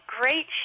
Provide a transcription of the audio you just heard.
great